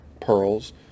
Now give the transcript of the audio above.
pearls